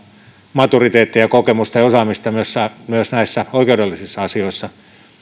maturiteettia ja kokemusta ja osaamista myös näissä oikeudellisissa asioissa